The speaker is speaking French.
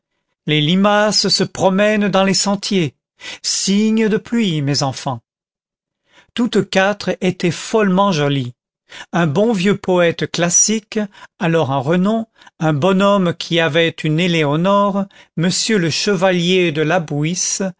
les limaces se promènent dans les sentiers signe de pluie mes enfants toutes quatre étaient follement jolies un bon vieux poète classique alors en renom un bonhomme qui avait une éléonore m le chevalier de